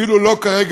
אפילו לא כרגע,